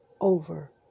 over